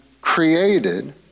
created